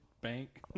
bank